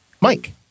Mike